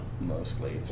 mostly